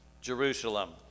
Jerusalem